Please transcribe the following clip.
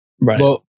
Right